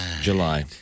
July